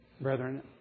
brethren